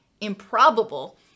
improbable